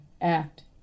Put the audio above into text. act